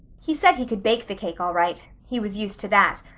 he said he could bake the cake all right. he was used to that.